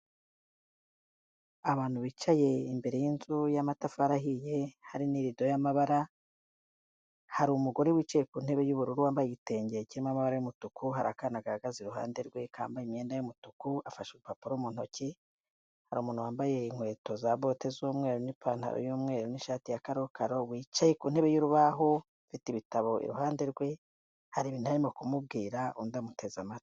Abantu bicaye imbere y'inzu y'amatafari ahiye hari nirido y'amabara, hari umugore wicaye ku ntebe y'ubururu wambaye igitenge kirimo amabababara y'umutuku, hari akana gahagaze iruhande rwe kambaye imyenda y'umutuku, afashe urupapuro mu ntoki; hari umuntu wambaye inkweto za bote z'umweru n'ipantaro y'umweru n'ishati ya karokaro wicaye ku ntebe y'urubaho, afite ibitabo iruhande rwe, hari ibntu arimo kumubwira undi amuteze amatwi.